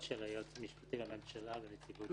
של היועץ המשפטי לממשלה ונציבות שירות המדינה.